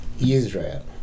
Israel